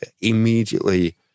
immediately